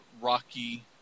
rocky